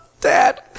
Dad